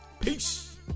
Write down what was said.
Peace